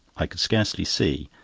i could scarcely see,